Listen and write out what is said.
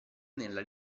nella